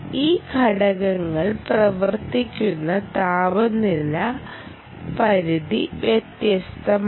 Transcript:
ഈ ഘടകങ്ങൾ പ്രവർത്തിക്കുന്ന താപനില പരിധി വ്യത്യസ്തമാണ്